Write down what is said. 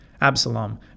Absalom